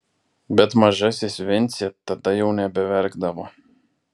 bet mažasis vincė tada jau nebeverkdavo